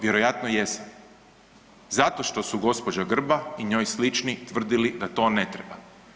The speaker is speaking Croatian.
Vjerojatno jesam, zato što su gospođa Grba i njoj slični tvrdili da to ne treba.